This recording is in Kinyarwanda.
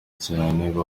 cyangwa